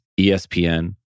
ESPN